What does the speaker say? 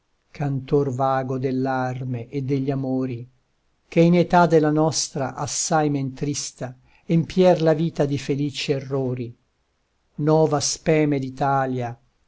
cantor vago dell'arme e degli amori che in età della nostra assai men trista empièr la vita di felici errori nova speme